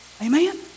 Amen